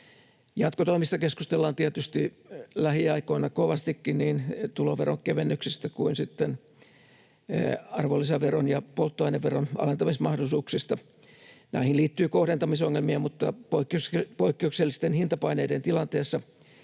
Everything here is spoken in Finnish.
Jatkotoimista keskustellaan tietysti lähiaikoina kovastikin, niin tuloveron kevennyksistä kuin arvonlisäveron ja polttoaineveron alentamismahdollisuuksista. Näihin liittyy kohdentamisongelmia, mutta poik-keuksellisten hintapaineiden tilanteessa